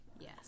Yes